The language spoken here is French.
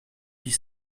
huit